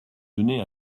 donner